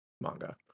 manga